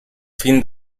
fin